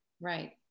Right